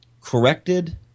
corrected